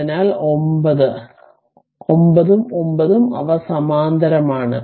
അതിനാൽ 9 ഉം 9 ഉം അവ സമാന്തരമാണ്